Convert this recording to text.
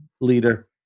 leader